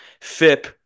FIP